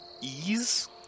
ease